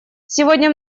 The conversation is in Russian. сегодня